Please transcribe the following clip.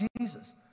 Jesus